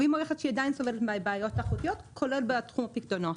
היא מערכת שהיא עדיין סובלת מבעיות תחרותיות כולל בתחום הפיקדונות,